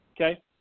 Okay